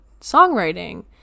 songwriting